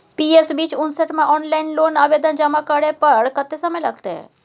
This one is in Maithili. पी.एस बीच उनसठ म ऑनलाइन लोन के आवेदन जमा करै पर कत्ते समय लगतै?